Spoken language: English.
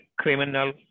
criminal